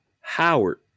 Howard